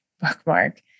bookmark